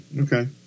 Okay